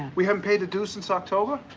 we haven't paid the dues since october?